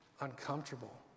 uncomfortable